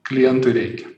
klientui reikia